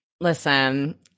Listen